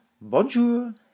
Bonjour